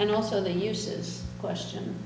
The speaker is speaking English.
and also the uses question